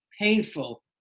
painful